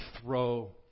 throw